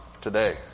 today